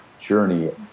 journey